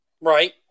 Right